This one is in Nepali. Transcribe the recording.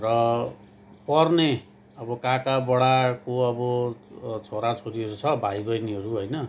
र पर्ने अब काका बडाको अब छोरा छोरीहरू छ भाइ बहिनीहरू होइन